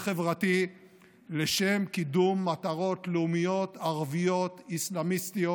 חברתי לשם קידום מטרות לאומיות ערביות אסלאמיסטיות